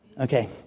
Okay